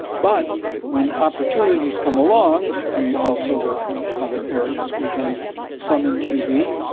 but when opportunities come along we also work in other areas. we've done some in tb.